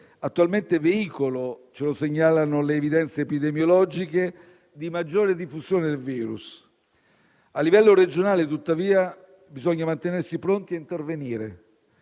attualmente veicolo - ce lo segnalano le evidenze epidemiologiche - di maggiore diffusione del virus. A livello regionale, tuttavia, bisogna mantenersi pronti a intervenire,